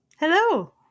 Hello